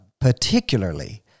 particularly